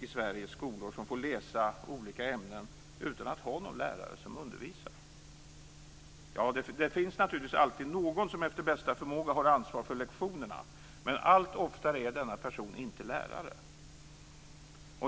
i Sveriges skolor som just nu får läsa olika ämnen utan att ha någon lärare som undervisar. Ja, det finns naturligtvis alltid någon som efter bästa förmåga har ansvar för lektionerna. Men allt oftare är denna person inte lärare.